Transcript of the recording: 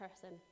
person